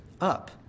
up